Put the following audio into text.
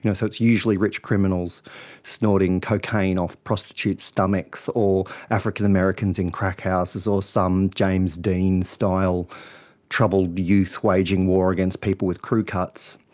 you know so it's usually rich criminals snorting cocaine off prostitutes' stomachs, or african-americans in crack houses, or some james dean style troubled youths waging war against people with crew cuts.